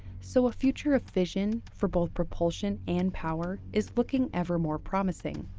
so a future of fission, for both propulsion and power, is looking ever more promising.